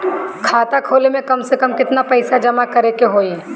खाता खोले में कम से कम केतना पइसा जमा करे के होई?